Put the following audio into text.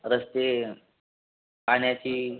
रस्ते पाण्याची